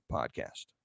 Podcast